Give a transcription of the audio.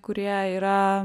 kurie yra